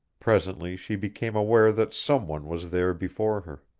presently she became aware that someone was there before her.